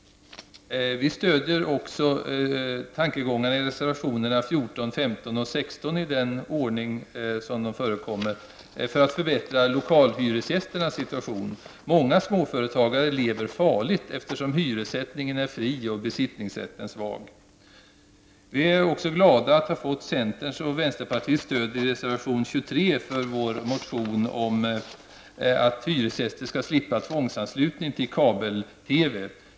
Vi stöder också tankegångarna i reservationerna nr 14, 15 och 16 i syfte att förbättra lokalhyresgästernas situation. Många småföretagare lever farligt, eftersom hyressättningen är fri och besittningsrätten svag. Vi är glada för att vi har fått centerns och vänsterpartiets stöd i reservation nr 23 för vår motion att hyresgäster skall slippa tvångsanslutning till kabel-TV.